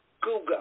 Google